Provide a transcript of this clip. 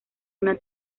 una